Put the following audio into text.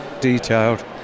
detailed